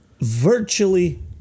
Virtually